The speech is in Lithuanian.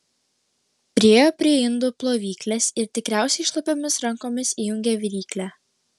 priėjo prie indų plovyklės ir tikriausiai šlapiomis rankomis įjungė viryklę